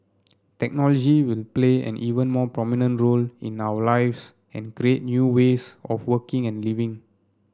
technology will play an even more prominent role in our lives and create new ways of working and living